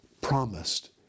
promised